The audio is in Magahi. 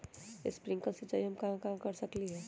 स्प्रिंकल सिंचाई हम कहाँ कहाँ कर सकली ह?